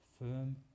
firm